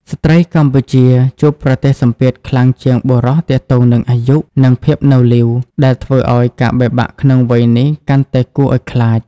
ស្ត្រីកម្ពុជាជួបប្រទះសម្ពាធខ្លាំងជាងបុរសទាក់ទងនឹង "អាយុ" និង "ភាពនៅលីវ" ដែលធ្វើឱ្យការបែកបាក់ក្នុងវ័យនេះកាន់តែគួរឱ្យខ្លាច។